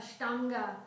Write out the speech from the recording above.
Ashtanga